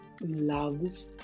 loves